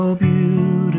beautiful